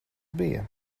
bija